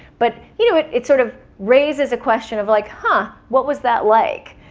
but you know it it sort of raises a question of like and what was that like?